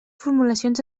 formulacions